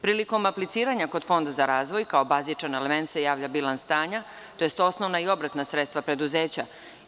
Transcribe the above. Prilikom apliciranja kod Fonda za razvoj kao bazičan element se javlja bilans stanja tj. osnovna i obrtna sredstva preduzeća.